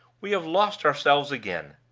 we have lost ourselves again.